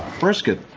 brisket